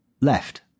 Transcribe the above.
left